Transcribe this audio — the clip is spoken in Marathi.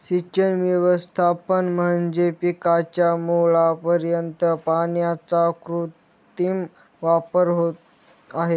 सिंचन व्यवस्थापन म्हणजे पिकाच्या मुळापर्यंत पाण्याचा कृत्रिम वापर आहे